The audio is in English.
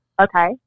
Okay